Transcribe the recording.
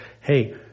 hey